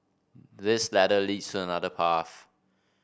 this ladder leads to another path